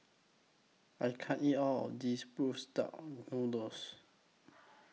I can't eat All of This Bruised Duck Noodles